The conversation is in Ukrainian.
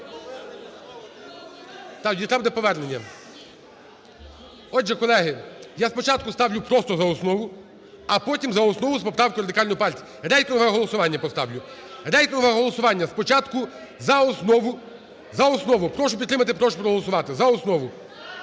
залі) … там, де повернення Отже, колеги, я спочатку ставлю просто за основу, а потім за основу з поправкою Радикальної партії. Рейтингове голосування поставлю. Рейтингове голосування. Спочатку – за основу. За основу. Прошу підтримати, прошу проголосувати. За основу.